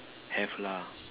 have lah